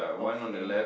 okay